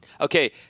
Okay